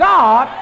God